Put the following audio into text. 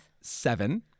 Seven